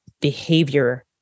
behavior